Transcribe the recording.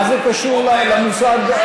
מה זה קשור למושג,